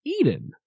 Eden